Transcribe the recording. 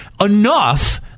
enough